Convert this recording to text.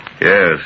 Yes